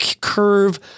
curve